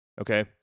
Okay